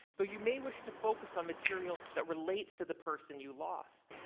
though you may wish to focus on material that relates to the person you lost,